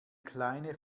kleine